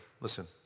Listen